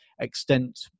extent